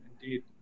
indeed